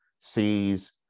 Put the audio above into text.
sees